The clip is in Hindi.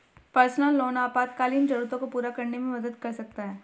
पर्सनल लोन आपातकालीन जरूरतों को पूरा करने में मदद कर सकता है